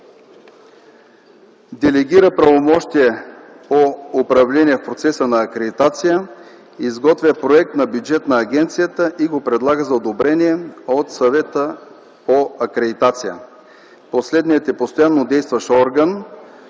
делегира правомощия по управление процеса на акредитация; изготвя проект на бюджет на агенцията и го предлага за одобрение от Съвета по акредитация. Последният е постоянно действащ орган